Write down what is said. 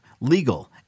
legal